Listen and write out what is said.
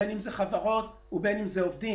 בין אם זה חברות ובין אם זה עובדים.